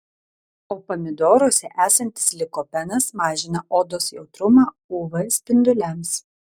o pomidoruose esantis likopenas mažina odos jautrumą uv spinduliams